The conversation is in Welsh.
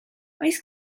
oes